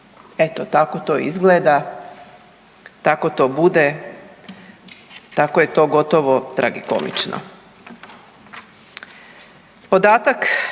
eto tako to izgleda, tako to bude, tako je to gotovo tragikomično.